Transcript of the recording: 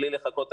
בלי לחכות.